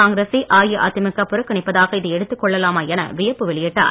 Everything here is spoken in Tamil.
காங்கிரசை அஇஅதிமுக புறக்கணிப்பதாக இதை எடுத்துக் கொள்ளலாமா என வியப்பு வெளியிட்டார்